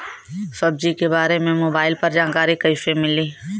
सब्जी के बारे मे मोबाइल पर जानकारी कईसे मिली?